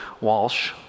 Walsh